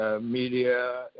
media